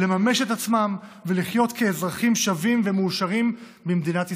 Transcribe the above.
לממש את עצמם ולחיות כאזרחים שווים ומאושרים במדינת ישראל.